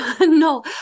No